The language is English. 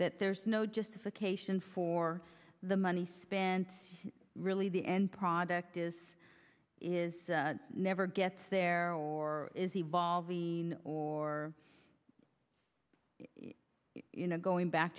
that there's no justification for the money spent really the end product is is never gets there or is evolving or you know going back